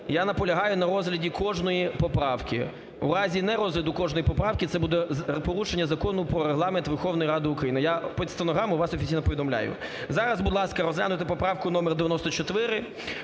я наполягаю на розгляді кожної поправки. В разі нерозгляду кожної поправки це буде порушення Закону "Про Регламент Верховної Ради України". Я під стенограму вас офіційно повідомляю. Зараз, будь ласка, розглянути поправку номер 94,